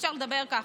אי-אפשר לדבר ככה.